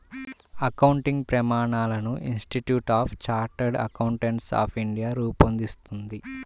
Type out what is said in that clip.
accounting ప్రమాణాలను institute of chartered accountants of India రూపొందిస్తుంది